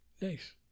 Nice